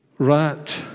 Rat